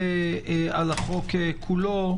ועל החוק כולו,